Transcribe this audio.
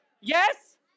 Yes